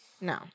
No